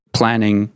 planning